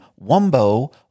Wumbo